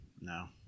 No